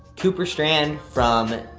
cooper strand from,